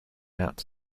out